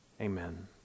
Amen